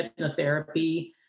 hypnotherapy